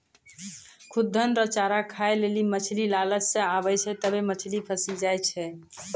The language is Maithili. खुद्दन रो चारा खाय लेली मछली लालच से आबै छै तबै मछली फंसी जाय छै